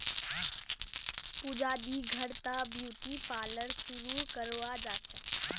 पूजा दी घर त ब्यूटी पार्लर शुरू करवा चाह छ